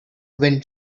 wind